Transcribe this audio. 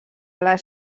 les